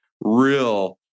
real